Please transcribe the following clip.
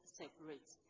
separate